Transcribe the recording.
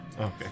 Okay